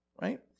right